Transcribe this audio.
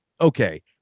okay